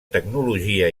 tecnologia